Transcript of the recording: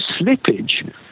slippage